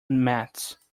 mats